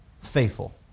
faithful